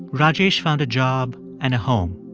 rajesh found a job and a home.